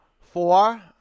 four